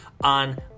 on